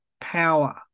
power